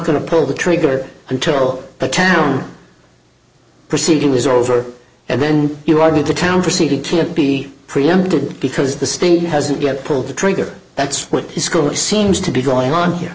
going to pull the trigger until the town proceeding is over and then you walk into town proceeding can't be preempted because the state hasn't yet pulled the trigger that's what the score seems to be going on here